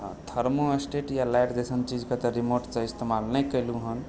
thermostat या light जैसन चीजकेँ तऽ रिमोटसँ इस्तेमाल नहि कयलहुँ हँ